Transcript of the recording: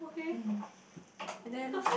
mm and then